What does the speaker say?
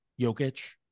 Jokic –